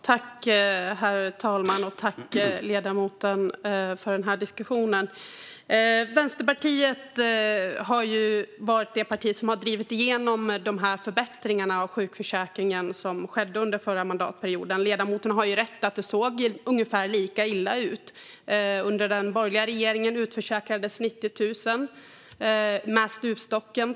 Herr talman! Tack, ledamoten, för denna diskussion! Vänsterpartiet har varit det parti som har drivit igenom de förbättringar av sjukförsäkringen som skedde under förra mandatperioden. Ledamoten har rätt i att det såg ungefär lika illa ut. Under den borgerliga regeringen utförsäkrades 90 000 med stupstocken.